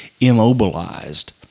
immobilized